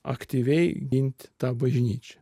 aktyviai gint tą bažnyčią